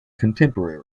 contemporary